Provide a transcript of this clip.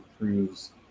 improves